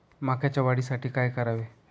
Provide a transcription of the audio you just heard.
मकाच्या वाढीसाठी काय करावे?